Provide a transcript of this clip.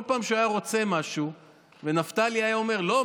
כל פעם שהוא היה רוצה משהו ונפתלי היה אומר: לא,